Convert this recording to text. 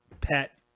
pet